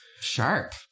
Sharp